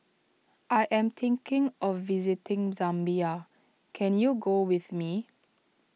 I am thinking of visiting Zambia can you go with me